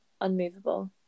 unmovable